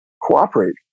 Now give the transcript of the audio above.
cooperate